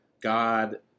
God